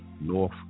North